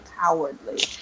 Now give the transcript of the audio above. cowardly